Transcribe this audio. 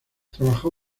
trabajó